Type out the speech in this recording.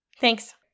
Thanks